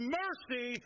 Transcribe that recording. mercy